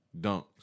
dunks